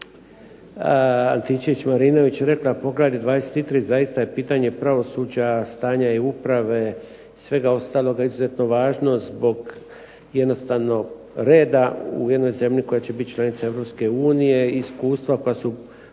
ne razumije./… 23 zaista je pitanje pravosuđa, stanja i uprave, svega ostaloga izuzetno važno zbog jednostavnog reda u jednoj zemlji koja će bit članica Europske